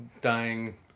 Dying